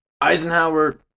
Eisenhower